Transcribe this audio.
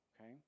okay